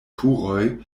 turoj